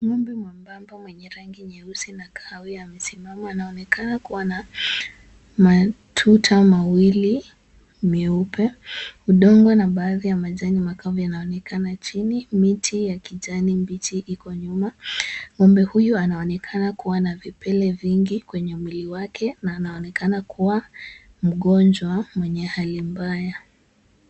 Ng'ombe mwembamba mwenye rangi nyeusi na kahawia amesimama, anaonekana kuwa na matuta mawili meupe. Udongo na baadhi ya majani makavu yanaonekana chini, miti ya kijani mbichi iko nyuma. Ng'ombe huyu anaonekana kuwa na vipele vingi kwenye mwili wake, na anaonekana kuwa mgonjwa, mwenye hali mbaya.